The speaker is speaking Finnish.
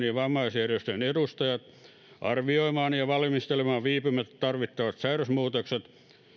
ja vammaisjärjestöjen edustajat arvioimaan ja valmistelemaan viipymättä tarvittavat säädösmuutokset joiden avulla turvataan